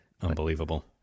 Unbelievable